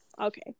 Okay